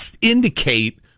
indicate